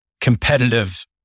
competitive